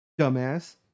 Dumbass